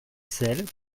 sel